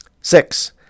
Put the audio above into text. Six